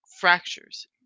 fractures